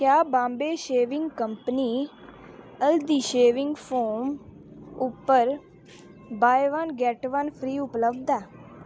क्या Bombay Shaving Company haldi shaving foam उप्पर ' buy one get one free' उपलब्ध ऐ